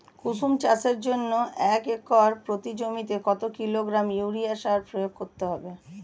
কুসুম চাষের জন্য একর প্রতি জমিতে কত কিলোগ্রাম ইউরিয়া সার প্রয়োগ করতে হবে?